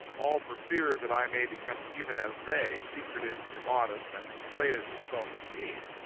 all for fear that i may become even as they, secretive, immodest, and inflated with self-esteem.